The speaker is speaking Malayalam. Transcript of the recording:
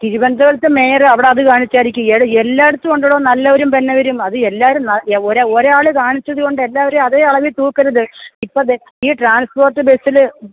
തിരുവനന്തപുരത്ത് മേയര് അവിടെ അത് കാണിച്ചായിരിക്കും എല്ലായിടത്തും ഉണ്ടോടോ നല്ലവരും പെന്നവരും അത് എല്ലാവരും ഒരാള് കാണിച്ചതു കൊണ്ട് എല്ലാവരും അതെ അളവിൽ തൂക്കരുത് ഇപ്പോള് ദേ ഈ ട്രാൻസ്പോർട്ട് ബസ്സില്